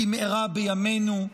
במהרה בימינו,